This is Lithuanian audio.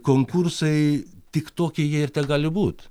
konkursai tik tokie jie ir tegali būti